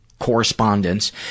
Correspondence